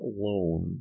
alone